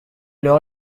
lors